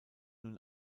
nun